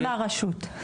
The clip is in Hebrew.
גם מהרשות.